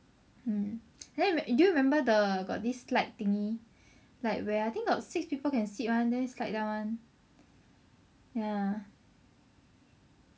mm can you do you remember the got this light thingy like where I think got six people can sit one then slide down one